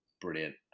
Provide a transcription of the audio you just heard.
brilliant